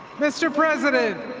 mr. president,